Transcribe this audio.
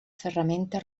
ferramenta